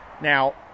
now